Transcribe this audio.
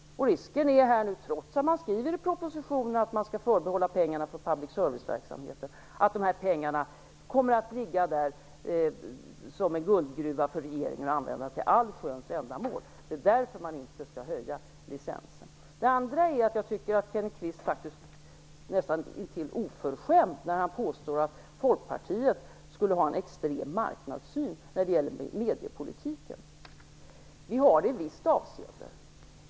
Risken är nu, trots att man i propositionen skriver att man skall förbehålla public service-verksamheten pengarna, att dessa kommer att ligga som en guldgruva för regeringen att använda till allsköns ändamål. Det är därför som man inte skall höja licensavgiften. För det andra tycker jag faktiskt att Kenneth Kvist är näst intill oförskämd när han påstår att Folkpartiet i mediepolitiken skulle ha en extrem marknadssyn. Vi har i visst avseende en marknadssyn.